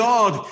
God